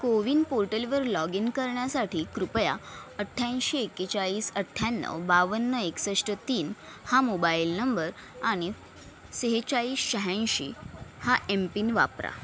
कोविन पोर्टलवर log in करण्यासाठी कृपया अठ्ठ्याऐंशी एक्केचाळीस अठ्ठ्याण्णव बावन्न एकसष्ट तीन हा मोबाईल नंबर आणि सेहेचाळीस शहाऐंशी हा एमपिन वापरा